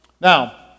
Now